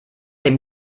dem